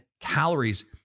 calories